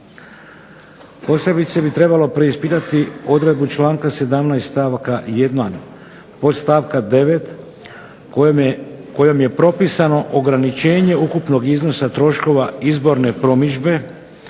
Posebice bi trebalo preispitati odredbu članka 17. stavka 1. podstavka 9. kojom je propisano ograničenje ukupnog iznosa troškova promidžbe